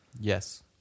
Yes